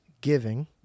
giving